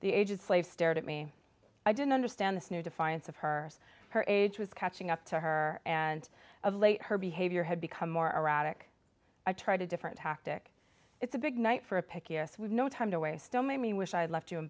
the aged slave stared at me i didn't understand this new defiance of her her age was catching up to her and of late her behavior had become more erratic i tried a different tactic it's a big night for a pickiest with no time to waste don't make me wish i'd left you